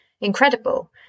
incredible